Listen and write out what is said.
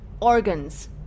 organs